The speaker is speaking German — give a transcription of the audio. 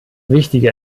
wichtige